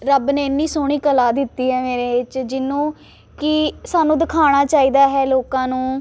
ਰੱਬ ਨੇ ਇੰਨੀ ਸੋਹਣੀ ਕਲਾ ਦਿੱਤੀ ਹੈ ਮੇਰੇ ਚ ਜਿਹਨੂੰ ਕਿ ਸਾਨੂੰ ਦਿਖਾਉਣਾ ਚਾਹੀਦਾ ਹੈ ਲੋਕਾਂ ਨੂੰ